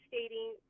stating